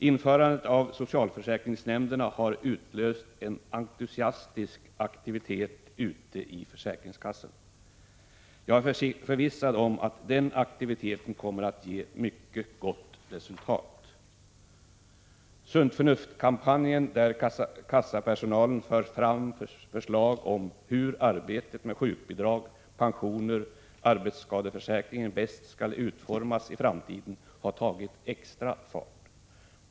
Införandet av socialförsäkringsnämnderna har utlöst en entusiastisk aktivitet ute i försäkringskassorna. Jag är förvissad om att den aktiviteten kommer att ge ett mycket gott resultat. Sunt förnuft-kampanjen, där kassapersonalen för fram förslag om hur arbetet med sjukbidrag, pensioner och arbetsskadeförsäkringen bäst skall utformas i framtiden, har tagit extra fart.